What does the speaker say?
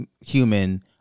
human